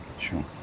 sure